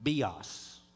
bios